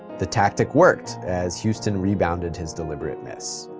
the tactic worked as houston rebounded his deliberate miss.